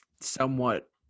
somewhat